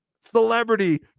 celebrity